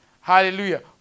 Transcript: Hallelujah